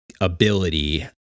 ability